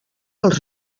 als